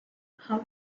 how